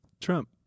Trump